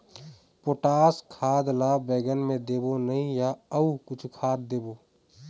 Potash खाद ला बैंगन मे देबो नई या अऊ कुछू खाद देबो?